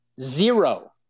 zero